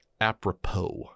apropos